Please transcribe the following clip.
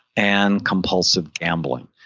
and compulsive gambling.